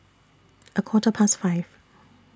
A Quarter Past five